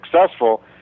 successful